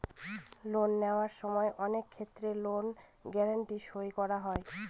loan নেওয়ার সময় অনেক ক্ষেত্রে লোন গ্যারান্টি সই করা হয়